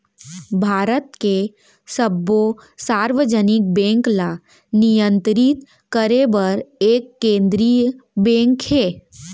भारत के सब्बो सार्वजनिक बेंक ल नियंतरित करे बर एक केंद्रीय बेंक हे